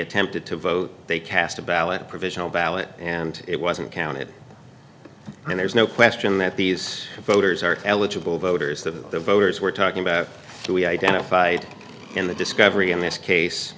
attempted to vote they cast a ballot a provisional ballot and it wasn't counted and there's no question that these voters are eligible voters that the voters were talking about and we identified in the discovery in this